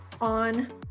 on